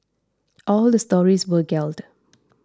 all the stories were gelled